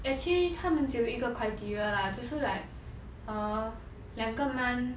actually 他们只有一个 criteria lah 只是 like err 两个 month